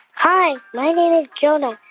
hi, my name is jonah.